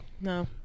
No